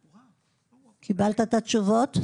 אוקיי, קיבלת את התשובות?